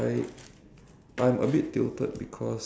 is arranged